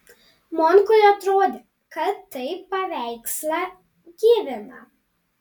munkui atrodė kad tai paveikslą gyvina